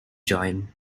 join